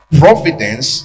providence